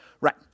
Right